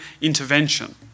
intervention